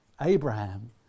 Abraham